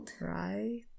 Right